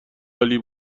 عالی